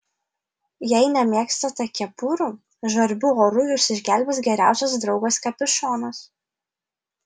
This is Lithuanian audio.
jei nemėgstate kepurių žvarbiu oru jus išgelbės geriausias draugas kapišonas